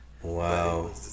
Wow